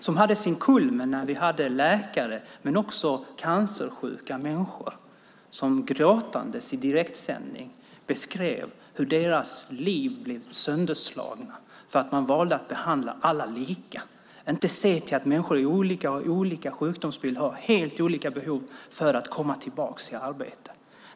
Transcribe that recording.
Den hade sin kulmen när läkare och cancersjuka människor gråtande i direktsändning berättade hur deras liv blev sönderslagna därför att man valde att behandla alla lika, inte se till att människor är olika, har olika sjukdomsbilder och har helt olika behov för att komma tillbaka i arbete.